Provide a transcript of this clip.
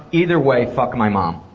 either way, fuck my mom.